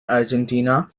argentina